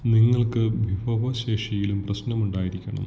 നിങ്ങൾക്ക് വിഭവശേഷിയിലും പ്രശ്നമുണ്ടായിരിക്കണം